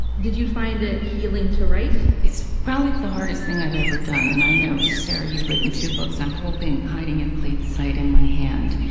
did you find it healing to write? it's probably the hardest thing i've ever done. and i know, sarah, you've written two books. i'm holding hiding in plain sight in my hand,